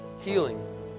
healing